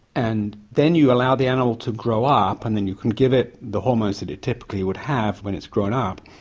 and then you allow the animal to grow up and then you can give it the hormones that it typically would have when it's grown up,